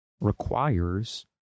requires